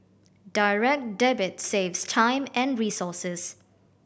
Direct Debit saves time and resources